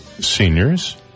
seniors